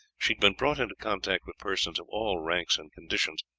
she had been brought into contact with persons of all ranks and conditions,